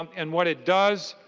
um and what it does.